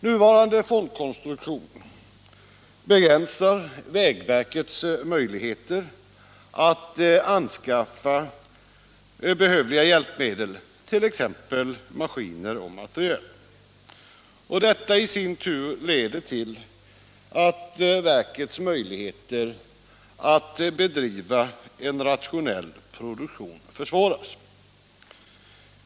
Nuvarande fondkonstruktion begränsar vägverkets möjligheter att anskaffa behövliga hjälpmedel, t.ex. maskiner och materiel. Detta i sin tur leder till att verkets möjligheter att bedriva en rationell produktion försvåras.